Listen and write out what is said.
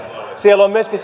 siellä on myöskin